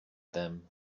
them